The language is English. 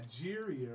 Nigeria